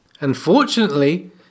Unfortunately